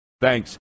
Thanks